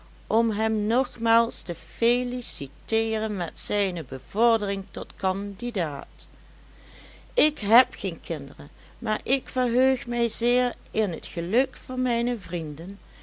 om hem nogmaals te feliciteeren met zijne bevordering tot candidaat ik heb geen kinderen maar ik verheug mij zeer in t geluk van mijne vrienden